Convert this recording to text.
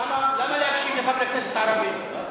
למה, למה להקשיב לחברי כנסת ערבים?